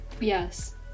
Yes